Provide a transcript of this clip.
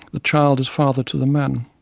the child is father to the man.